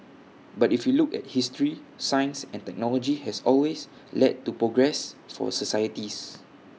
but if you look at history science and technology has always led to progress for societies